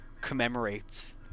commemorates